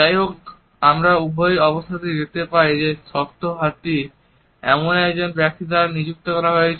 যাইহোক আমরা উভয় অবস্থাতেই দেখতে পাই যে শক্ত হাতটি এমন একজন ব্যক্তির দ্বারা নিযুক্ত করা হয়েছে